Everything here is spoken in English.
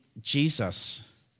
Jesus